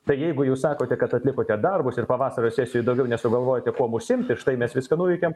tai jeigu jūs sakote kad atlikote darbus ir pavasario sesijoj daugiau nesugalvojote kuom užsiimti štai mes viską nuveikėm